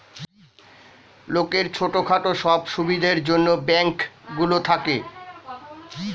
লোকের ছোট খাটো সব সুবিধার জন্যে ব্যাঙ্ক গুলো থাকে